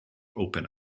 open